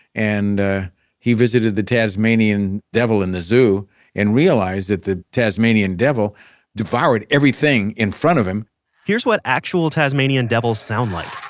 and ah he visited the tasmanian devil in the zoo and realized that the tasmanian devil devoured everything in front of him here's what actual tasmanian devils sounds like.